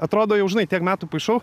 atrodo jau žinai tiek metų paišau